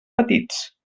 petits